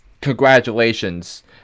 congratulations